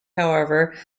however